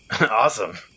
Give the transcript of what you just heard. awesome